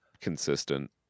consistent